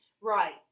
Right